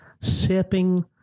sipping